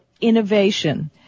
innovation